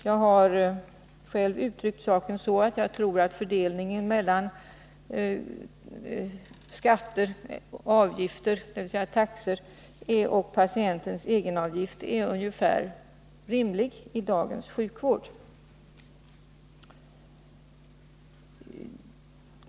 Jag har själv uttryckt saken så, att jag tror att fördelningen mellan skatter och avgifter — dvs. taxor — och patientens egenavgift är ungefärligen rimlig i dagens sjukvård.